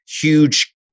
huge